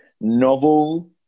Novel